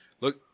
Look